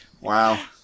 Wow